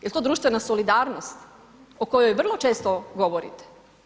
Je li to društvena solidarnost o kojoj vrlo često govorite?